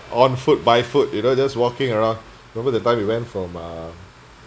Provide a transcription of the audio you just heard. on foot by foot you know just walking around remember the time we went from uh